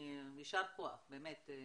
יישר כוח, באמת.